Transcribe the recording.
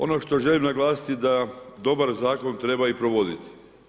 Ono što želim naglasiti je da dobar zakon treba i provoditi.